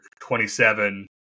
27